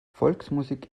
volksmusik